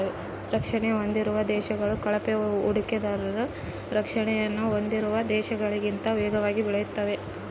ರಕ್ಷಣೆ ಹೊಂದಿರುವ ದೇಶಗಳು ಕಳಪೆ ಹೂಡಿಕೆದಾರರ ರಕ್ಷಣೆಯನ್ನು ಹೊಂದಿರುವ ದೇಶಗಳಿಗಿಂತ ವೇಗವಾಗಿ ಬೆಳೆತಾವೆ